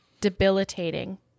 debilitating